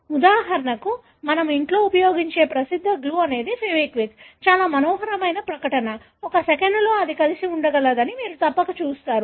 ఉదాహరణకు మేము ఇంట్లో ఉపయోగించే ప్రసిద్ధ గ్లూ అనేది ఫెవిక్విక్ చాలా మనోహరమైన ప్రకటన ఒక సెకనులో అది కలిసి ఉండగలదని మీరు తప్పక చూసారు